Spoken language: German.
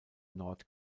nord